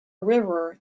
river